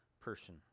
person